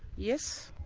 yes,